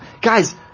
guys